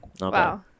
Wow